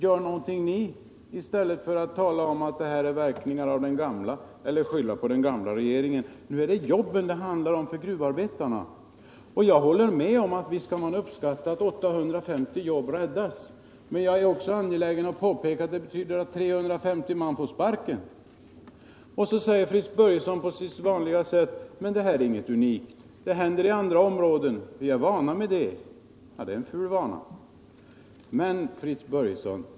Gör någonting ni — i stället för att säga att detta är verkningar av den gamla regeringen och skylla på den! Nu är det jobben för gruvarbetarna det gäller. Jag håller med om att man visst kan uppskatta att 850 jobb räddas, men jag är också angelägen om att påpeka att 350 får sparken. Fritz Börjesson säger på sitt vanliga sätt: Det här är inget unikt — det händer på andra områden, och vi är vana vid detta. Ja, det är en ful vana. Fritz Börjesson!